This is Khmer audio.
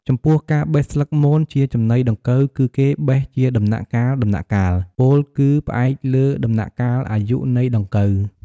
ចំពោះការបេះស្លឹកមន ជាចំណីដង្កូវគឺគេបេះជាដំណាក់កាលៗ ពោលគឺផ្អែកលើដំណាក់កាលអាយុនៃដង្កូវ។